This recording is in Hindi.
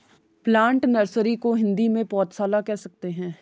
प्लांट नर्सरी को हिंदी में पौधशाला कह सकते हैं